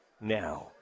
now